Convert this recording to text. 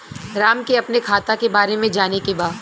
राम के अपने खाता के बारे मे जाने के बा?